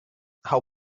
how